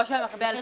לא אצל החקלאי.